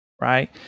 right